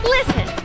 Listen